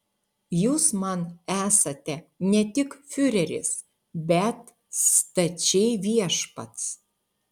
jūs man esate ne tik fiureris bet stačiai viešpats